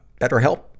BetterHelp